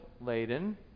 laden